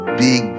big